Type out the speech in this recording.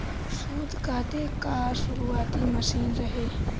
सूत काते कअ शुरुआती मशीन रहे